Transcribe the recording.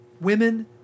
Women